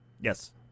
Yes